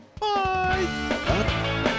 Bye